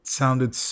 sounded